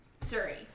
Surrey